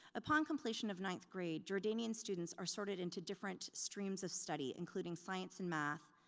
upon completion of ninth grade, jordanian students are sorted into different streams of study including science and math,